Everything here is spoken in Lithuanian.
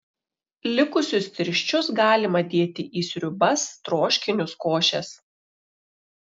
likusius tirščius galima dėti į sriubas troškinius košes